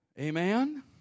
Amen